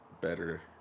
better